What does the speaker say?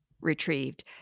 retrieved